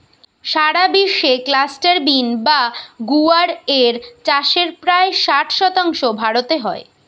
সারা বিশ্বে cluster bean বা গুয়ার এর চাষের প্রায় ষাট শতাংশ ভারতে হয়